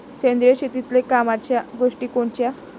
सेंद्रिय शेतीतले कामाच्या गोष्टी कोनच्या?